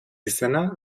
izena